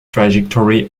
trajectory